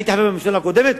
הייתי חבר בממשלה הקודמת,